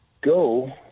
go